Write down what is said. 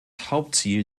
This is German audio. hauptziel